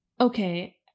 Okay